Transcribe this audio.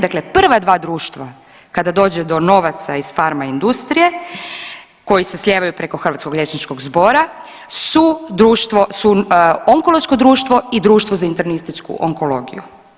Dakle, prva dva društva kada dođe do novaca iz farma industrije koji se slijevaju preko Hrvatskog liječničkog zbora su društvo, Onkološko društvo i Društvo za internističku onkologiju.